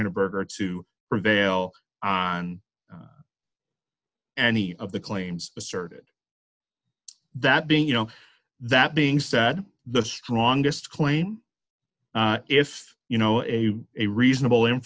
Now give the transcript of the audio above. berger to prevail on any of the claims asserted that being you know that being said the strongest claim if you know a a reasonable in